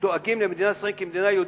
שדואגים למדינת ישראל כמדינה יהודית,